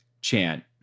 chant